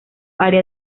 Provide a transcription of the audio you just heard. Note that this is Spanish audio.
área